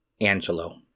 Angelo